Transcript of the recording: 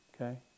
Okay